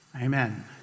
Amen